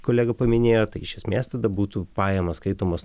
kolega paminėjo tai iš esmės tada būtų pajamos skaitomos